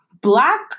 black